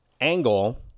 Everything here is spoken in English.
angle